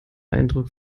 eindruck